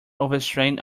overstrained